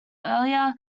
earlier